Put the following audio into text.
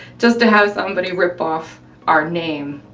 just to have somebody rip off our name,